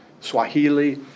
Swahili